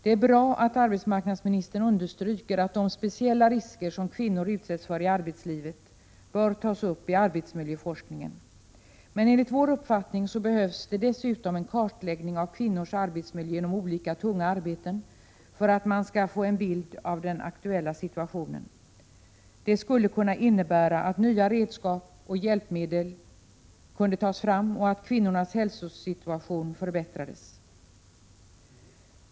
Det är bra att arbetsmarknadsministern understryker att de speciella risker som kvinnor utsätts för i arbetslivet bör tas upp i arbetsmiljöforskningen. Men enligt centerpartiets uppfattning behövs det dessutom en kartläggning av kvinnors arbetsmiljö inom olika tunga arbeten för att man skall få en bild av den aktuella situationen. Det skulle kunna innebära att nya redskap och hjälpmedel togs fram och att kvinnornas hälsosituation förbättrades.